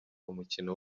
umukino